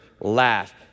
laugh